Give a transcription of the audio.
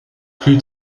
plus